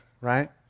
right